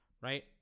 Right